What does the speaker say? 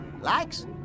likes